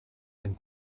ein